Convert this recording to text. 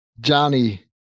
Johnny